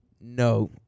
No